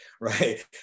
right